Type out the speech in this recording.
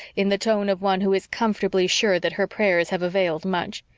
in the tone of one who is comfortably sure that her prayers have availed much.